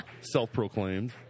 self-proclaimed